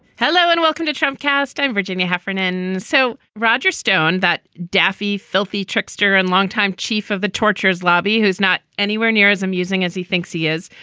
hello and welcome to trump cast, i'm virginia heffernan. so roger stone, that daffy, filthy trickster and longtime chief of the torture's lobby, who's not anywhere near as amusing as he thinks he is,